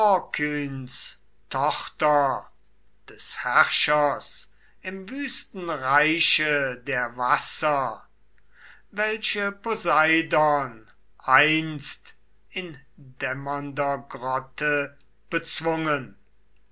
tochter des herrschers im wüsten reiche der wasser welche poseidon einst in dämmernder grotte bezwungen